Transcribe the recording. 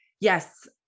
yes